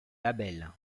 label